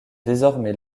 désormais